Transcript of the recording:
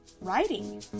writing